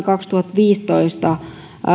kaksituhattaviisitoista